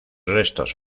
restos